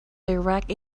direct